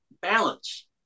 balance